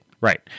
Right